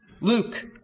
Luke